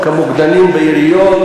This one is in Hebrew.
כמוקדנים בעיריות,